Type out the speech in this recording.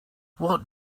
what